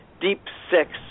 deep-six